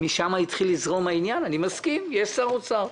משם התחיל לזרום העניין, אני מסכים, יש שר אוצר.